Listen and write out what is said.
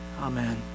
amen